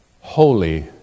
holy